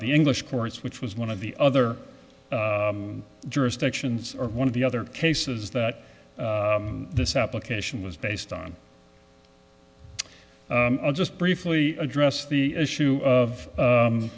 the english courts which was one of the other jurisdictions or one of the other cases that this application was based on just briefly address the issue of